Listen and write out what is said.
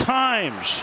times